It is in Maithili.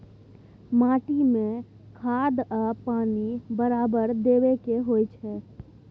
माटी में खाद आ पानी बराबर देबै के होई छै